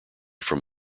from